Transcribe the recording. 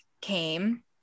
came